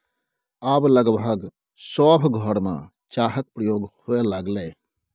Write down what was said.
आब लगभग सभ घरमे चाहक प्रयोग होए लागलै